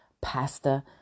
pasta